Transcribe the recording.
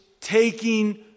taking